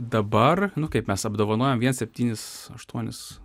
dabar nu kaip mes apdovanojom viens septynis aštuonis